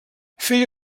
feia